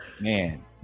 man